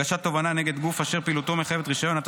הגשת תובענה נגד גוף אשר פעילותו מחייבת רישיון),